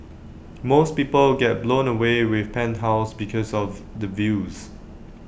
most people get blown away with penthouses because of the views